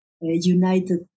united